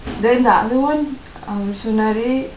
then the other one அவரு சொன்னாரு:avaru sonnaru